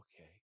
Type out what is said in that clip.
okay